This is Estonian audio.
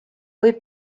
võib